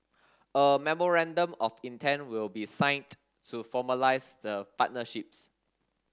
a memorandum of intent will be signed to formalise the partnerships